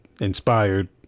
inspired